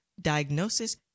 diagnosis